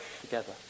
together